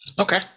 okay